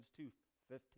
2.15